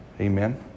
Amen